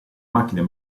macchina